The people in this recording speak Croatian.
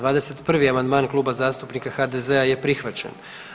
21. amandman Kluba zastupnika HDZ-a je prihvaćen.